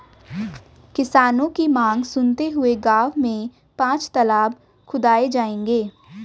किसानों की मांग सुनते हुए गांव में पांच तलाब खुदाऐ जाएंगे